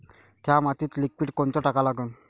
थ्या मातीत लिक्विड कोनचं टाका लागन?